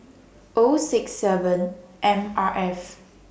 O six seven M R F